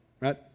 Right